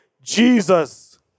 Jesus